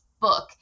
book